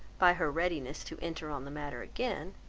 by her readiness to enter on the matter again,